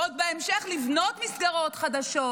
ועוד בהמשך לבנות מסגרות חדשות,